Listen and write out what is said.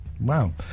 Wow